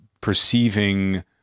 perceiving